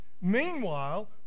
Meanwhile